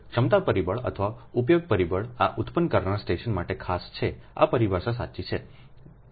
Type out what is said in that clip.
ક્ષમતા પરિબળ અથવા ઉપયોગ પરિબળ આ ઉત્પન્ન કરનાર સ્ટેશન માટે ખાસ છે આ પરિભાષાસાચી છે છે